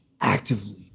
actively